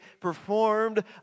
performed